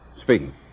Speaking